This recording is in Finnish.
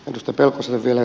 edustaja pelkoselle vielä